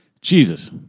Jesus